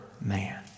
man